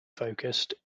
focused